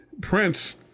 Prince